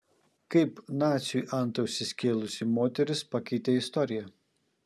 kaip naciui antausį skėlusi moteris pakeitė istoriją